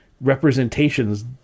representations